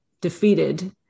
defeated